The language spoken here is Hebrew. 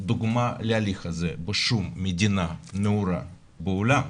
דוגמא להליך הזה, בשום מדינה נאורה בעולם.